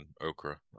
okra